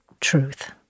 truth